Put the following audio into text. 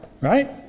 right